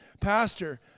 pastor